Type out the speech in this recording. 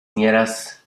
nieraz